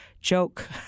joke